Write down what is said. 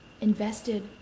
invested